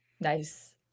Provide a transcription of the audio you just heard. Nice